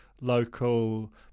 local